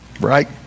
right